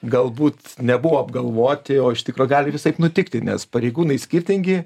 galbūt nebuvo apgalvoti o iš tikro gali visaip nutikti nes pareigūnai skirtingi